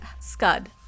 Scud